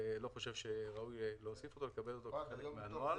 לא חושב שראוי להוסיף את סעיף 3 ולקבל אותו כחלק מהנוהל.